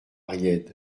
ried